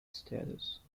status